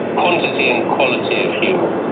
quantity and quality of humans.